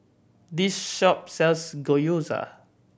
this shop sells Gyoza